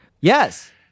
Yes